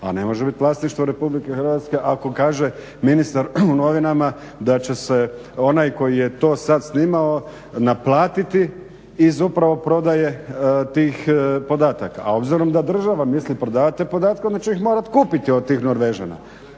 A ne može biti vlasništvo RH ako kaže ministar u novinama da će se onaj koji je to sad snimao naplatiti iz upravo prodaje tih podataka. A obzirom da država misli prodavati te podatke onda će ih morati kupiti od tih Norvežana.